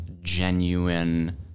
genuine